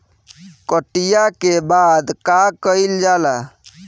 कटिया के बाद का कइल जाला?